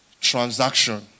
transaction